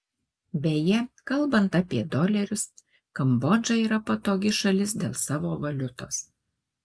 beje kalbant apie dolerius kambodža yra patogi šalis dėl savo valiutos